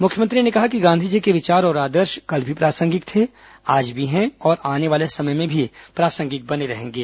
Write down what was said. मुख्यमंत्री ने कहा कि गांधीजी के विचार और आदर्श कल भी प्रासंगिक थे आज भी है और आने वाले समय में भी प्रासंगिक रहेंगे